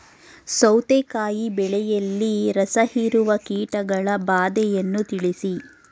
ಸೌತೆಕಾಯಿ ಬೆಳೆಯಲ್ಲಿ ರಸಹೀರುವ ಕೀಟಗಳ ಬಾಧೆಯನ್ನು ತಿಳಿಸಿ?